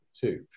two